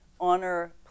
honor